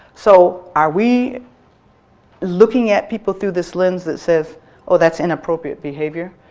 so are we looking at people through this lens that says oh, that's inappropriate behavior.